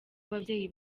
ababyeyi